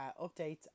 updates